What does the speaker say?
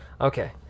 Okay